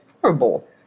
horrible